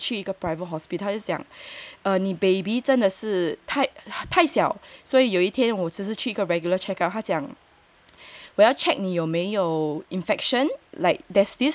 你 baby 真的是太太小所以有一天我只是 a regular check out 他讲